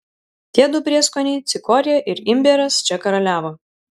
tie du prieskoniai cikorija ir imbieras čia karaliavo